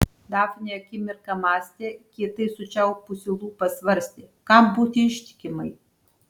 dafnė akimirką mąstė kietai sučiaupusi lūpas svarstė kam būti ištikimai